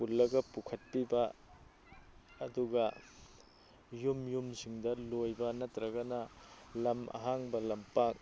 ꯄꯨꯜꯂꯒ ꯄꯨꯈꯠꯄꯤꯕ ꯑꯗꯨꯒ ꯌꯨꯝ ꯌꯨꯝꯁꯤꯡꯗ ꯂꯣꯏꯕ ꯅꯠꯇ꯭ꯔꯒꯅ ꯂꯝ ꯑꯍꯥꯡꯕ ꯂꯝꯄꯥꯛ